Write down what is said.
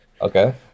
Okay